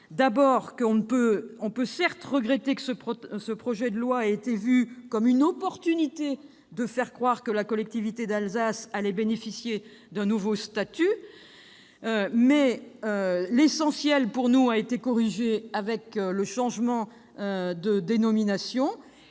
on peut certes regretter que ce projet de loi ait été vu comme une opportunité de faire croire que la collectivité d'Alsace allait bénéficier d'un nouveau statut, mais l'essentiel, selon nous, a été corrigé avec le changement de dénomination.